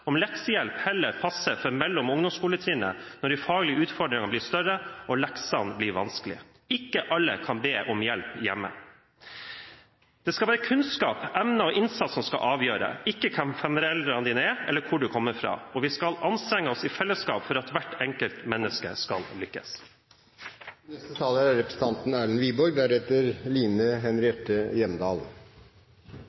når de faglige utfordringene blir større og leksene blir vanskeligere. Ikke alle kan be om hjelp hjemme. Det skal være kunnskap, evner og innsats som skal avgjøre – ikke hvem foreldrene dine er eller hvor du kommer fra. Vi skal anstrenge oss i fellesskap for at hvert enkelt menneske skal lykkes. Det er